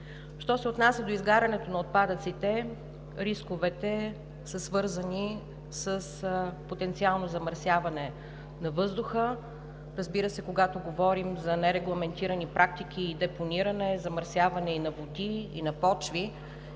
Що се отнася до изгарянето на отпадъците, рисковете са свързани с потенциално замърсяване на въздуха. Разбира се, когато говорим за нерегламентирани практики и депониране, замърсяване и на води, и на почви,